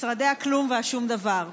משרדי הכלום והשום דבר.